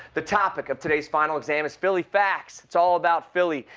the topic of today's final exam is philly facts. it's all about philly.